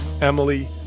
Emily